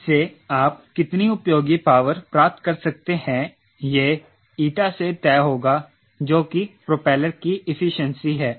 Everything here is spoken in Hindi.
इस से आप कितनी उपयोगी पावर प्राप्त कर सकते हैं ये 𝜂 से तय होगा जो की प्रोपेलर की इफिशिएंसी है